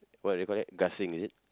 what do you call that gasing is it